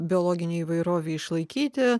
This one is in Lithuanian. biologinei įvairovei išlaikyti